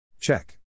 Check